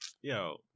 yo